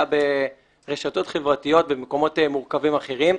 ברשתות חברתיות ובמקומות מורכבים אחרים.